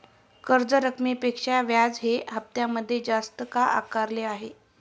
कर्ज रकमेपेक्षा व्याज हे हप्त्यामध्ये जास्त का आकारले आहे?